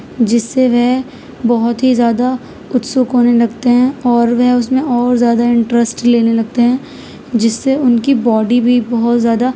جس سے وہ بہت ہی زیادہ اتسک ہونے لگتے ہیں اور وہ اس میں اور زیادہ انٹریسٹ لینے لگتے ہیں جس سے ان کی باڈی بھی بہت زیادہ